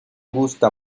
gusta